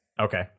Okay